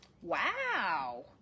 Wow